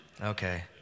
Okay